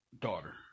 daughter